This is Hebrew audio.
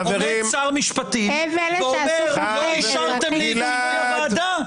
עומד שר משפטים ואומר לא אישרתם לי את חברי הוועדה,